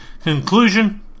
Conclusion